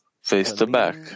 face-to-back